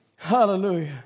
Hallelujah